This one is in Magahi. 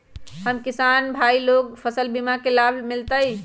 हम किसान भाई लोग फसल बीमा के लाभ मिलतई?